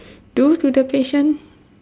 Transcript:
do to the patient